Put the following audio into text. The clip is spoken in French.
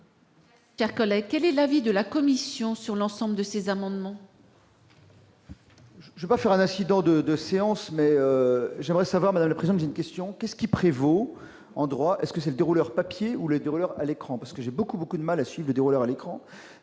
Chers collègues, quel est l'avis de la commission sur l'ensemble de ces amendements. Je vais pas faire un incident de 2 séances mais j'aimerais savoir la présence d'une question : qu'est ce qui prévaut en droit est-ce que c'est des rouleurs papier ou les 2 à l'écran parce que j'ai beaucoup beaucoup de mal à suivre à l'écran